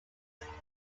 through